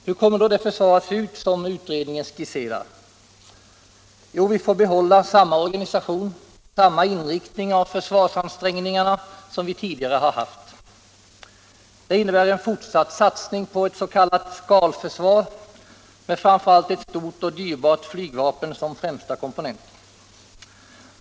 Hur kommer då det försvar att se ut som utredningen skisserar? Jo, vi får behålla samma organisation och samma inriktning av försvarsansträngningarna som vi tidigare har haft. Det innebär en fortsatt satsning på ett s.k. ”skalförsvar” med framför allt ett stort och dyrbart flygvapen som främsta komponent.